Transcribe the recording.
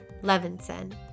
Levinson